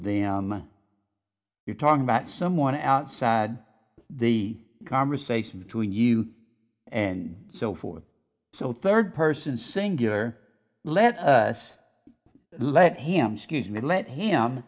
them you're talking about someone outside the conversation between you and so forth so third person singular let us let him scuse me let him